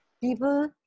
People